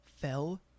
fell